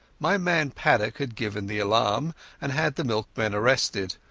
my man paddock had given the alarm and had the milkman arrested.